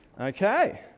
Okay